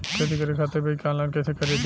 खेती करे खातिर बीज ऑनलाइन कइसे खरीदी?